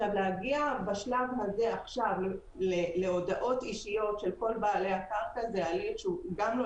להגיע בשלב הזה להודעות אישיות של כל בעלי הקרקע זה הליך שהוא גם לא